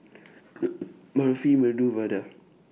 Barfi Medu Vada